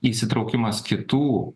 įsitraukimas kitų